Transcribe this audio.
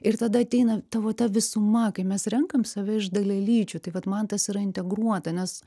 ir tada ateina tavo ta visuma kai mes renkam save iš dalelyčių tai vat man tas yra integruota nes